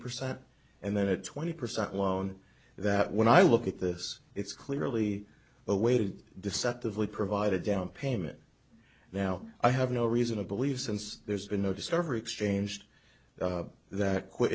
percent and then a twenty percent loan that when i look at this it's clearly a way to deceptively provide a down payment now i have no reason to believe since there's been no discovery exchanged that quick